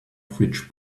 fridge